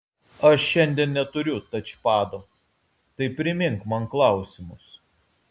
aš šiandien neturiu tačpado tai primink man klausimus